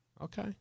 Okay